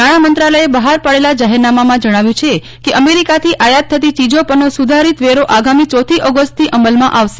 નાણામંત્રાલયે બહાર પાડેલા જાહેરનામા માં જણાવ્યું છે કે અમેરિકાથી આયાત થતી ચીજો પરનો સ્રધારિત વેરો આગામી ચોથી ઓગષ્ટથી અમલમાં આવશે